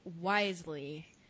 wisely